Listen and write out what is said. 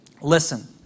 Listen